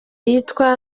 yitwa